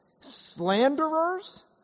slanderers